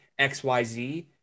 xyz